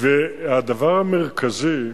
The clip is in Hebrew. והדבר המרכזי,